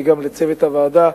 וגם לצוות הוועדה,